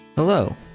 Hello